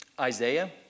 Isaiah